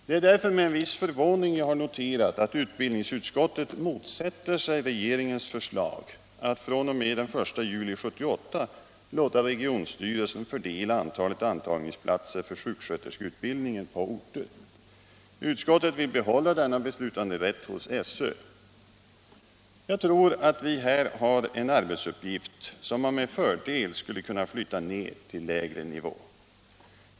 Det är därför med en viss förvåning jag har noterat att utbildningsutskottet motsätter sig regeringens förslag att fr.o.m. den 1 juli 1978 låta regionstyrelsen fördela antalet antagningsplatser för sjuksköterskeutbildningen på orter. Utskottet vill behålla denna beslutanderätt hos SÖ. Jag tror att detta är en arbetsuppgift som man med fördel skulle kunna flytta ned till lägre nivå.